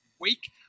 week